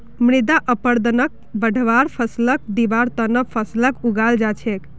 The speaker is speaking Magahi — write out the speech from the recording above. मृदा अपरदनक बढ़वार फ़सलक दिबार त न फसलक उगाल जा छेक